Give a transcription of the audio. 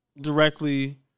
directly